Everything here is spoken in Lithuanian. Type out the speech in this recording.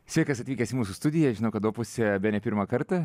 sveikas atvykęs į mūsų studiją žinau kad opuse bene pirmą kartą